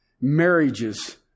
marriages